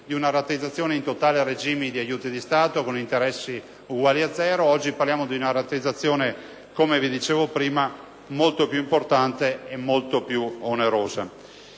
di una rateizzazione in totale regime di aiuti di Stato con interessi zero. Oggi parliamo di una rateizzazione, come dicevo prima, molto più importante e molto più onerosa.